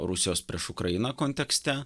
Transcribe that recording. rusijos prieš ukrainą kontekste